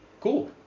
cool